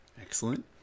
Excellent